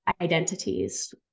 identities